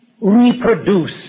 reproduce